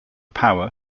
power